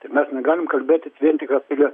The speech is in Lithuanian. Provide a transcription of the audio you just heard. tai mes negalim kalbėtis vien tik apie